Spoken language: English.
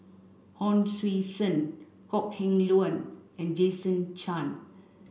Hon Sui Sen Kok Heng Leun and Jason Chan